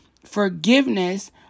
forgiveness